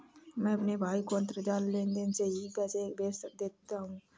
मैं अपने भाई को अंतरजाल लेनदेन से ही पैसे भेज देता हूं